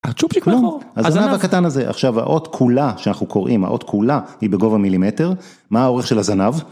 הצ׳ופצ׳יק מהאחורה. הזנב הקטן הזה. עכשיו האות כולה שאנחנו קוראים, האות כולה, היא בגובה מילימטר, מה האורך של הזנב?